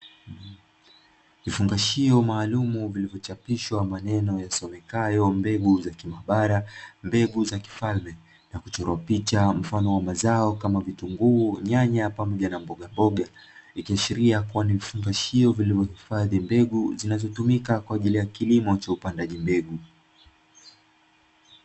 Vifungashio maalumu vimekuchapishwa maneno yasomekayo mbegu za kimabara mbegu za kifalme na kuchorwa picha mfano wa mazao kama vitunguu, nyanya, pamoja na mboga mboga ikiashiria kuwa ni vifungashio vilivyohifadhi mbegu zinazotumika kwa ajili ya kilimo cha upandaji mbegu.